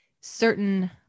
certain